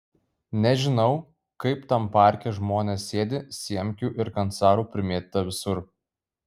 nežinau kaip tam parke žmonės sėdi siemkių ir kancarų primėtyta visur